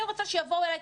אני רוצה שיבואו אלי,